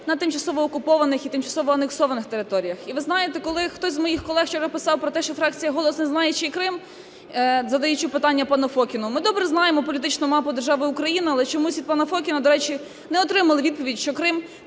на тимчасово окупованих і тимчасових анексованих територіях. І ви знаєте, коли хтось з моїх колег вчора писав про те, що фракція "Голос" не знає чий Крим, задаючи питання пану Фокіну, ми добре знаємо політичну мапу держави Україна, але чомусь від пана Фокіна, до речі, не отримали відповідь, що Крим